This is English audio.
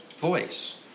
voice